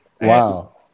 Wow